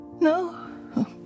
No